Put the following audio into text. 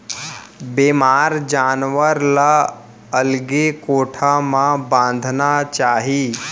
बेमार जानवर ल अलगे कोठा म बांधना चाही